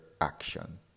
action